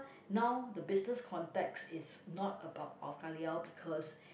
now the business contect is not about pau-ka-liao because